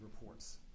reports